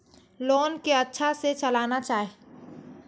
Loan के अच्छा से चलाना चाहि?